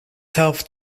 self